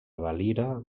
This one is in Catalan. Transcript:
valira